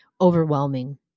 overwhelming